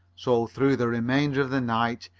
so, through the remainder of the night,